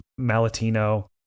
Malatino